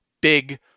big